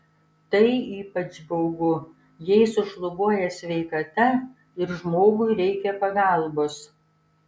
tai ypač baugu jei sušlubuoja sveikata ir žmogui reikia pagalbos